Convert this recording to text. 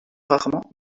rarement